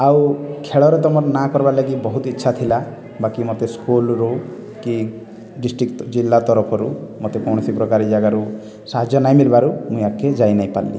ଆଉ ଖେଳରେ ତ ମୋର୍ ନାଁ କର୍ବାର୍ ଲାଗି ବହୁତ୍ ଇଚ୍ଛା ଥିଲା ବାକି ମତେ ସ୍କୁଲରୁ କି ଡିଷ୍ଟ୍ରିକ୍ଟ ଜିଲ୍ଲା ତରଫରୁ ମତେ କୌଣସି ପ୍ରକାର ଜାଗାରୁ ସାହାଯ୍ୟ ନାଇଁ ମିଲିବାରୁ ମୁଇଁ ଆଗ୍କେ ଯାଇନାଇଁ ପାରିଲି